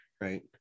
right